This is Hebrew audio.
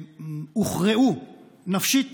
הוכרעו נפשית